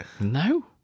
No